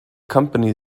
company